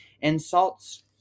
Insults